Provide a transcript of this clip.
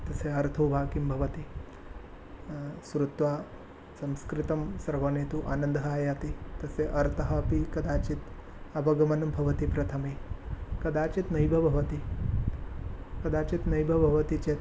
तस्य अर्थो वा किं भवति श्रुत्वा संस्कृतं सर्वान् तु आनन्दम् आयाति तस्य अर्थः अपि कदाचित् अवगमनं भवति प्रथमे कदाचित् नैव भवति कदाचित् नैव भवति चेत्